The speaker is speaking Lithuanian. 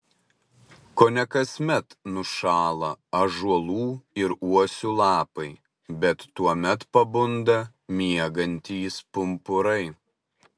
kone kasmet nušąla ąžuolų ir uosių lapai bet tuomet pabunda miegantys pumpurai